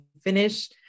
finish